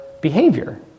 behavior